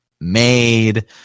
made